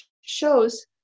shows